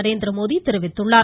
நரேந்திரமோடி தெரிவித்துள்ளார்